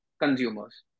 consumers